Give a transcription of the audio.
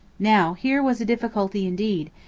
now here was a difficulty indeed,